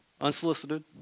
unsolicited